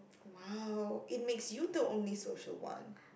!wow! it makes you the only social one